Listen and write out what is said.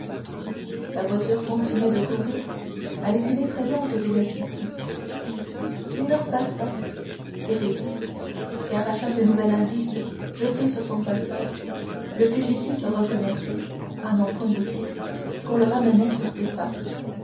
la voiture continuait de courir avec une effrayante vélocité une heure passa terrible car à chaque nouvel indice jeté sur son passage le fugitif reconnaissait à n'en point douter qu'on le ramenait sur ses pas